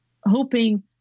hoping